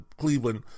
Cleveland